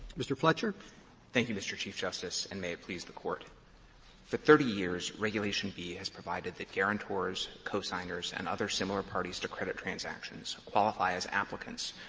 fletcher thank you, mr. chief justice, and may it please the court for thirty years, regulation b has provided that guarantors, cosigners, and other similar parties to credit transactions, qualify as applicants,